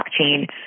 blockchain